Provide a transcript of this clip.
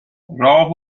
راه